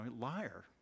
liar